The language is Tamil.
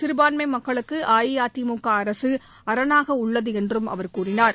சிறுபான்மை மக்களுக்கு அஇஅதிமுக அரசு அரணாக உள்ளது என்றும் அவர் கூறினார்